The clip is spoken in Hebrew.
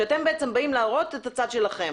כשאתם באים להראות את הצד שלכם,